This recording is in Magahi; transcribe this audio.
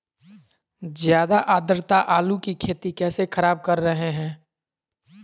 ज्यादा आद्रता आलू की खेती कैसे खराब कर रहे हैं?